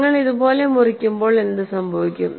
നിങ്ങൾ ഇതുപോലെ മുറിക്കുമ്പോൾ എന്തുസംഭവിക്കും